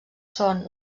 són